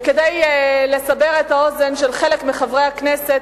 וכדי לסבר את האוזן של חלק מחברי הכנסת